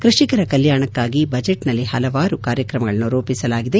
ಕೃಷಿಕರ ಕಲ್ಯಾಣಕ್ಕಾಗಿ ಬಜೆಟ್ನಲ್ಲಿ ಸಲವಾರು ಕಾರ್ಯಕ್ರಮಗಳನ್ನು ರೂಪಿಸಲಾಗಿದೆ